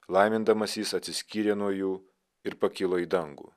laimindamas jis atsiskyrė nuo jų ir pakilo į dangų